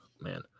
Man